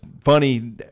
funny